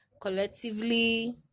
collectively